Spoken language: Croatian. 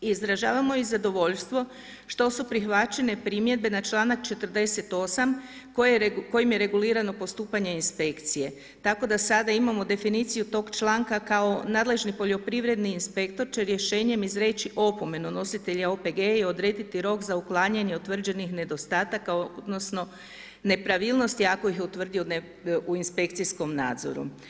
Izražavamo i zadovoljstvo što su prihvaćene primjedbe na čl. 48. kojim je regulirano postupanje inspekcije, tako da sada imamo definiciju tog članka kao nadležni poljoprivredni inspektor će rješenjem izreći opomenu nositelju OPG-a i odrediti rok za uklanjanje utvrđenih nedostataka odnosno nepravilnosti ako ih je utvrdio u inspekcijskom nadzoru.